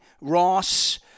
Ross